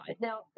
Now